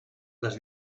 les